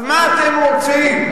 אז מה אתם רוצים?